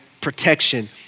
protection